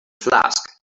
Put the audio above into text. flask